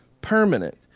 permanent